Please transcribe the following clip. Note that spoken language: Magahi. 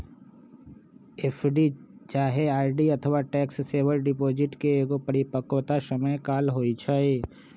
एफ.डी चाहे आर.डी अथवा टैक्स सेवर डिपॉजिट के एगो परिपक्वता समय काल होइ छइ